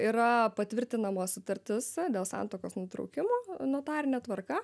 yra patvirtinama sutartis dėl santuokos nutraukimo notarine tvarka